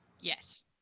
Yes